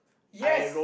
yes